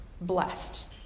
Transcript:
blessed